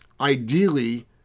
Ideally